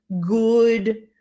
good